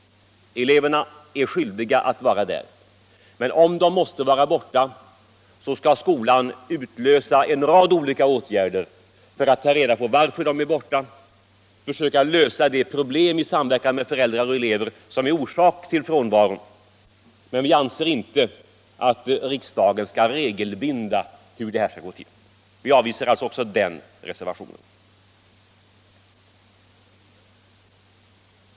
Eleverna är skyldiga att vara där. Och om de måste vara borta skall skolan utlösa en rad olika åtgärder för att ta reda på varför de är borta och försöka att i samarbete med föräldrar och elever lösa de problem som är orsak till frånvaron. Men vi anser inte att riksdagen skall regelbinda hur det skall gå till. Vi avstyrker därför även den reservationen.